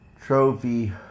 trophy